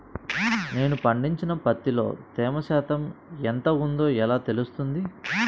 నేను పండించిన పత్తిలో తేమ శాతం ఎంత ఉందో ఎలా తెలుస్తుంది?